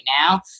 now